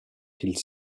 qu’ils